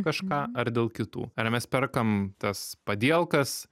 kažką ar dėl kitų ar mes perkam tas padielkas